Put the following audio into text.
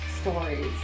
stories